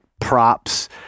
props